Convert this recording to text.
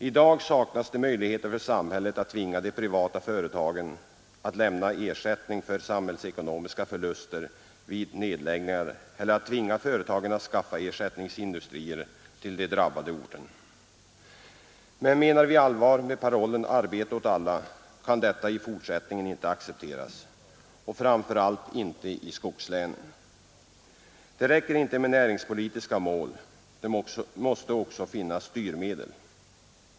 I dag saknas det möjligheter för samhället att tvinga de privata företagen att lämna ersättning för samhällsekonomiska förluster vid nedläggningar eller att tvinga företagen att skaffa ersättningsindustri till den drabbade orten. Men menar vi allvar med parollen ”arbete åt alla” kan detta i fortsättningen inte accepteras och framför allt inte i skogslänen. Det räcker inte med näringspolitiska mål. Det måste också finnas styrmedel.